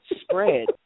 spread